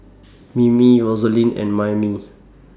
Mimi Rosaline and Maymie